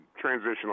transitional